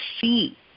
see